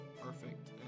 perfect